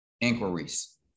inquiries